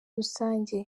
rusange